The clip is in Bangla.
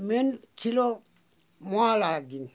মেন ছিলো মহালয়ার দিন